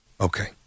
Okay